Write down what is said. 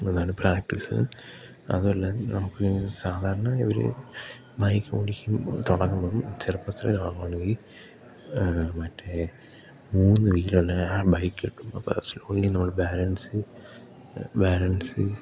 എന്നതാണ് പ്രാക്ടീസ് അതു അല്ല നമുക്ക് സാധാരണ ഇവർ ബൈക്ക് ഓടിക്കും തുടങ്ങുമ്പോഴും ചെറുപ്പത്തിൽ തുടങ്ങുവാണെങ്കിൽ മറ്റേ മൂന്ന് വീലുള്ള ബൈക്ക് കിട്ടും അപ്പ സ്ലോലി നമ്മൾ ബാലൻസ് ബാലൻസ്